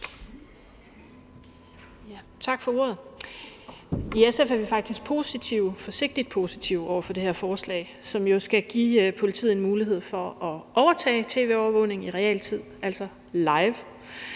Tak for ordet. I SF er vi faktisk positive, forsigtigt positive, over for det her forslag, som jo skal give politiet mulighed for at overtage tv-overvågning i realtid, altså live.